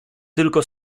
tylko